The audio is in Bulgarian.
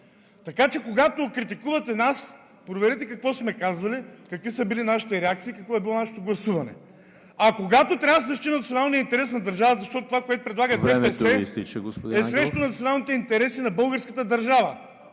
Така че, когато критикувате нас, проверете какво сме казвали, какви са били нашите реакции и какво е било нашето гласуване. А когато трябва да се защити националният интерес на държавата, защото това, което предлагат ДПС, е срещу националните интереси на българската държава…